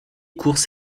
courses